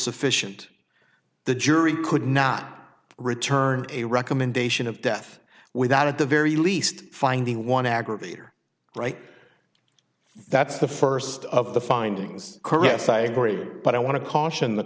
sufficient the jury could not return a recommendation of death without at the very least finding one aggravator right that's the first of the findings caress i agree but i want to caution